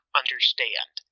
understand